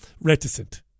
reticent